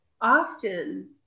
often